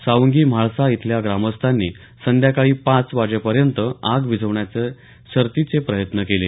सावंगी म्हाळसा इथल्या ग्रामस्थांनी संध्याकाळी पाच वाजेपर्यंत आग विझवण्याचे शर्थीचे प्रयत्न केले